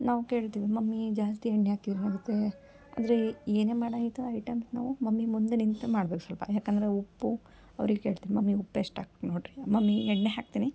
ನಾವು ಕೇಳ್ತೀವಿ ಮಮ್ಮೀ ಜಾಸ್ತಿ ಎಣ್ಣೆ ಹಾಕಿರ್ ಏನಾಗುತ್ತೆ ಅಂದರೆ ಏನೇ ಮಾಡು ಐತೊ ಐಟಮ್ ನಾವು ಮಮ್ಮಿ ಮುಂದೆ ನಿಂತು ಮಾಡ್ಬೇಕು ಸ್ವಲ್ಪ ಯಾಕಂದರೆ ಉಪ್ಪು ಅವ್ರಿಗೆ ಕೇಳ್ತೀನಿ ಮಮ್ಮಿ ಉಪ್ಪು ಎಷ್ಟು ಹಾಕ್ ನೋಡಿರಿ ಮಮ್ಮಿ ಎಣ್ಣೆ ಹಾಕ್ತೀನಿ